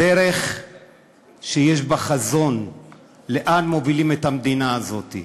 הדרך שיש בה חזון לאן מובילים את המדינה הזאת,